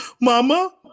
mama